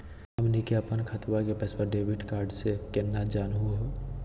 हमनी के अपन खतवा के पैसवा डेबिट कार्ड से केना जानहु हो?